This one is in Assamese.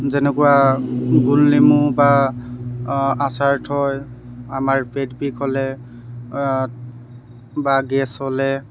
যেনেকুৱা গোলনেমু বা আচাৰ থয় আমাৰ পেট বিষ হ'লে বা গেছ হ'লে